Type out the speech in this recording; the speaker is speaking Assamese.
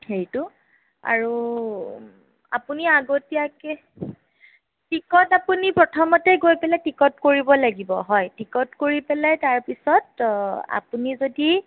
হেৰিতো আৰু আপুনি আগতীয়াকে টিকট আপুনি প্ৰথমতে গৈ পেলাই টিকট কৰিব লাগিব হয় টিকট কৰি পেলাই তাৰপিছত আপুনি যদি